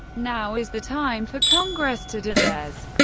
now is the time for congress to do theirs.